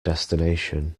destination